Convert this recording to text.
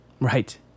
Right